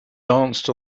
danced